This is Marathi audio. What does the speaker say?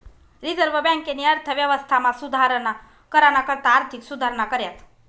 रिझर्व्ह बँकेनी अर्थव्यवस्थामा सुधारणा कराना करता आर्थिक सुधारणा कऱ्यात